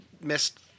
missed